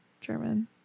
German